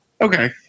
Okay